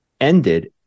ended